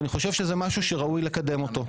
ואני חושב שזה משהו שראוי לקדם אותו.